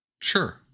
Sure